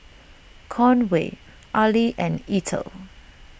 Conway Arly and Ethel